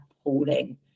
appalling